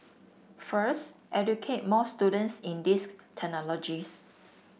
first educate more students in these technologies